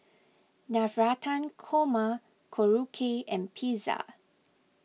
Navratan Korma Korokke and Pizza